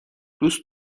دوست